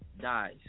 dies